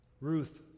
Ruth